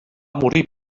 morir